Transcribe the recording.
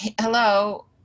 hello